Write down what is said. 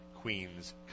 Queens